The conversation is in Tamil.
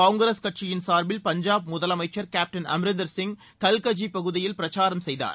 காங்கிரஸ் கட்சியின் சார்பில் பஞ்சாப் முதலனமச்சர் கேட்டன் அம்ரிந்தர்சிய் கல்கஜ் பகுதியில் பிர்சாரம் செய்தார்